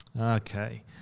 Okay